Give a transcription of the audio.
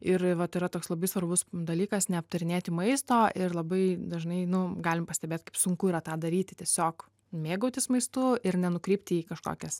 ir vat yra toks labai svarbus dalykas neaptarinėti maisto ir labai dažnai einu galim pastebėt kaip sunku yra tą daryti tiesiog mėgautis maistu ir nenukrypti į kažkokias